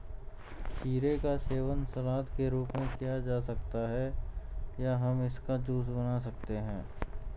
खीरे का सेवन सलाद के रूप में किया जा सकता है या हम इसका जूस बना सकते हैं